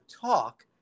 talk